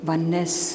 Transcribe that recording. Oneness